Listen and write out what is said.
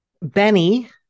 Benny